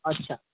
अच्छा